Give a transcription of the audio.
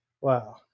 wow